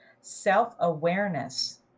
self-awareness